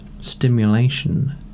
stimulation